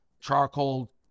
Charcoal